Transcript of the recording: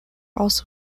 also